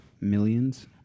millions